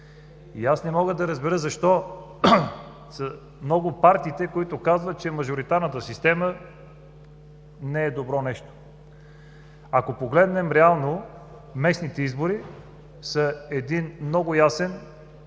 Аз не мога да разбера защо са много партиите, които казват, че мажоритарната система не е добро нещо? Ако погледнем реално, местните избори са един много ясен